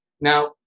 now